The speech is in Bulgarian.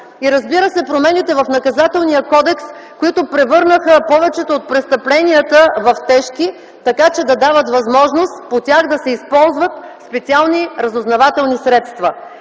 И, разбира се, промените в Наказателния кодекс, които превърнаха повечето от престъпленията в тежки, така че да дават възможност по тях да се използват специални разузнавателни средства.